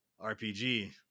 RPG